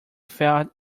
felt